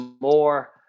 more